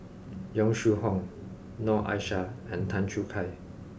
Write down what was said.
Yong Shu Hoong Noor Aishah and Tan Choo Kai